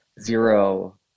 zero